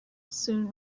soon